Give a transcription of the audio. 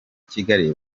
kigali